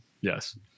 Yes